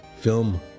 film